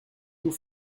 tout